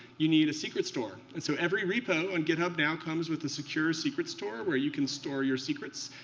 you need a secret store. and so every repo on github now comes with a secure secret store where you can store your secrets,